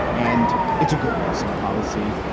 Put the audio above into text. and it's a good busing policy.